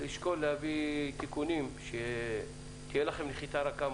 לשקול להביא תיקונים כדי שתהיה לכם נחיתה רכה,